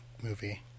movie